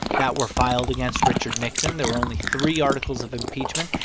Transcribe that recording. that were filed against richard nixon. there were only three articles of impeachment.